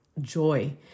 joy